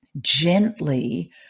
gently